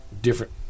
different